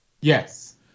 Yes